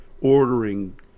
ordering